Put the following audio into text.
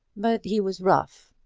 but he was rough,